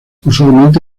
usualmente